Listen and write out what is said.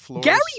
Gary